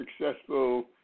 successful